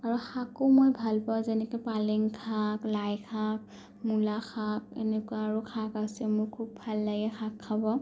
আৰু শাকো মই ভাল পাওঁ যেনেকে পালেং শাক লাই শাক মূলা শাক এনেকুৱা আৰু শাক আছে মোৰ খুব ভাল লাগে শাক খাব